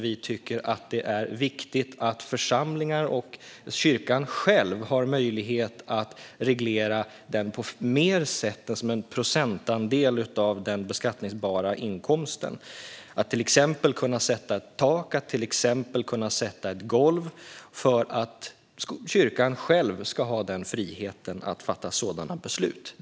Vi tycker att det är viktigt att församlingar och kyrkan själv har möjlighet att reglera den på fler sätt än som en procentandel av den beskattningsbara inkomsten och att till exempel kunna sätta ett tak och ett golv, detta för att kyrkan själv ska ha friheten att fatta sådana beslut.